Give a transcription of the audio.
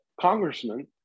congressman